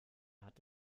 hat